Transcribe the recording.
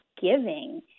giving